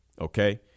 Okay